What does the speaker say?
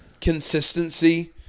consistency